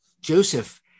Joseph